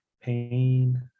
pain